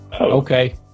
Okay